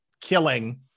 killing